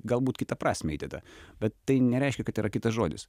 galbūt kitą prasmę įdeda bet tai nereiškia kad yra kitas žodis